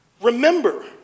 remember